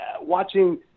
watching